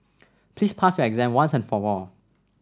please pass your exam once and for all